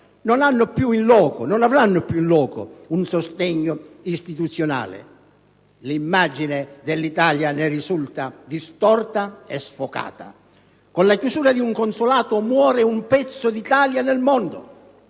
dell'Assocamere estero, non hanno più *in loco* un sostegno istituzionale. L'immagine dell'Italia si distorce e sfoca. Con la chiusura di un consolato muore un pezzo d'Italia nel mondo.